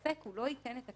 הוא לא ייתן את הקנס.